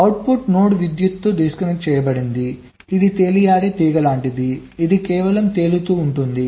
output node విద్యుత్తు disconnect చేయబడింది ఇది తేలియాడే తీగ లాంటిది ఇది కేవలం తేలుతూ ఉంటుంది